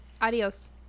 Adios